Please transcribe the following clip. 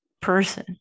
person